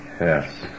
Yes